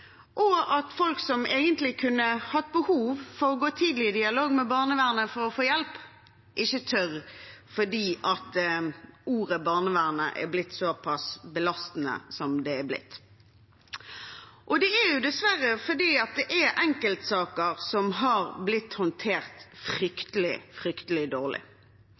og at folk som egentlig kunne hatt behov for å gå tidlig i dialog med barnevernet for å få hjelp, ikke tør fordi ordet «barnevernet» er blitt såpass belastende som det er blitt. Det er dessverre fordi det er enkeltsaker som har blitt håndtert fryktelig dårlig.